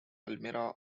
elmira